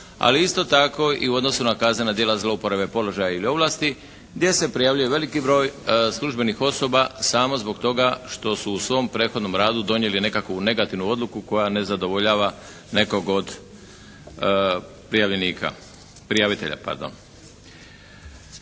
ali isto tako i u odnosu na kaznena djela zlouporabe položaja ili ovlasti gdje se prijavljuje veliki broj službenih osoba samo zbog toga što su u svom prethodnom radu donijeli nekakvu negativnu odluku koja ne zadovoljava nekog od prijavitelja.